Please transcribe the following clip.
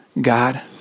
God